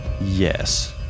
Yes